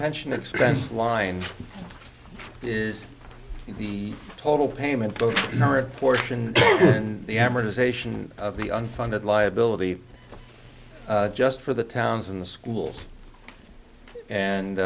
pension expense line is the total payment both portion and the amortization of the unfunded liability just for the towns in the schools and